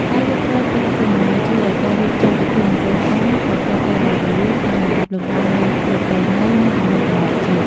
ការយល់ព្រមពីឪពុកម្ដាយជួយឱ្យការរៀបចំពិធីមង្គលការប្រព្រឹត្តទៅដោយរលូន តាមលំដាប់លំដោយនៃប្រពៃណី និងទំនៀមទម្លាប់ជាតិ។